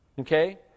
Okay